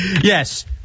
Yes